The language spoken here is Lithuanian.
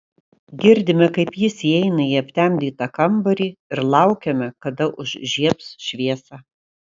girdime kaip jis įeina į aptemdytą kambarį ir laukiame kada užžiebs šviesą